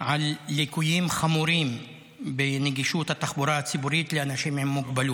על ליקויים חמורים בנגישות התחבורה הציבורית לאנשים עם מוגבלות.